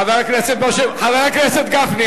חבר הכנסת גפני,